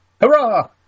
Hurrah